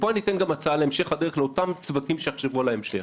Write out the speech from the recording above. ופה גם הצעה להמשך הדרך לאותם צוותים שיחשבו על ההמשך.